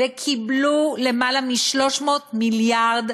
וקיבלו למעלה מ-300 מיליארד